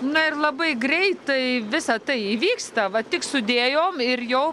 na ir labai greitai visa tai įvyksta va tik sudėjom ir jau